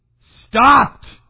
stopped